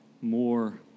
more